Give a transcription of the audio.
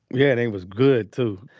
yeah. they was good too.